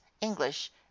english